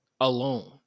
alone